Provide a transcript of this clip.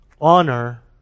honor